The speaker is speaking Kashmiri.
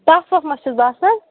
تَپھ وَپھ مَہ چھُس باسان